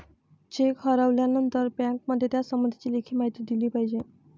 check हरवल्यानंतर बँकेमध्ये त्यासंबंधी लेखी माहिती दिली पाहिजे